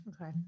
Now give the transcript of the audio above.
Okay